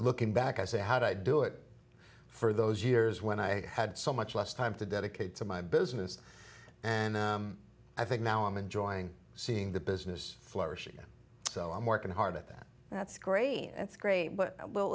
looking back i say how do i do it for those years when i had so much less time to dedicate to my business and i think now i'm enjoying seeing the business flourish so i'm working hard at that and that's great that's great but we'll